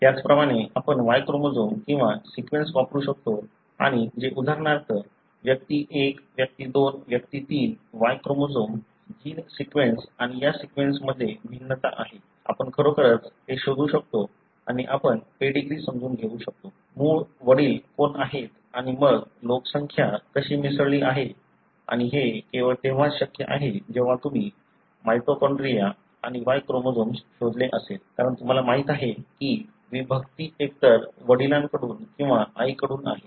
त्याचप्रमाणे आपण Y chromosome किंवा सिक्वेन्स वापरू शकतो आणि जे उदाहरणार्थ व्यक्ती1 व्यक्ती2 व्यक्ती3 Y क्रोमोझोम जीन सिक्वेन्स आणि या सिक्वेन्समध्ये भिन्नता आहे आपण खरोखरच ते शोधू शकतो आणि आपण पेडीग्री समजून घेऊ शकतो मूळ वडील कोण आहेत आणि मग लोकसंख्या कशी मिसळली आहे आणि हे केवळ तेव्हाच शक्य आहे जेव्हा तुम्ही माइटोकॉन्ड्रिया आणि Y क्रोमोझोम शोधले असेल कारण तुम्हाला माहित आहे की विभक्ती एकतर वडिलांकडून किंवा आईकडून आहे